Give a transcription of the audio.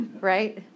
right